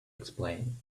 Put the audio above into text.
explain